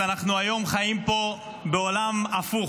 אנחנו היום חיים פה בעולם הפוך,